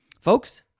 Folks